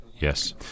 Yes